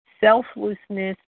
Selflessness